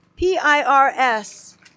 PIRS